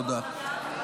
תודה.